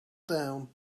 down